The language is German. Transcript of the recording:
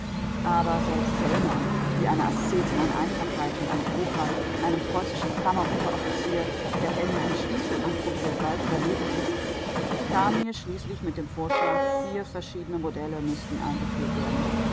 aber selbst selma die eine aszetin an einfachheit und an grobheit einem preußischen kammerunteroffizier der helme und stiefel anprobiert weit überlegen ist kam mir schließlich mit dem vorschlag vier verschiedene modelle müßten eingeführt werden